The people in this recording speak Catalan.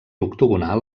octogonal